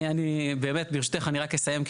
אני באמת, ברשותך, אני רק אסיים.